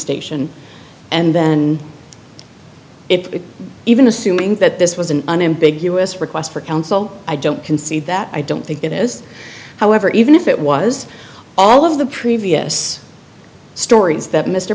station and then it even assuming that this was an unambiguous request for counsel i don't concede that i don't think it is however even if it was all of the previous stories that mr